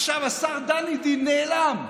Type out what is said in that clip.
עכשיו השר דני דין נעלם.